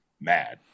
mad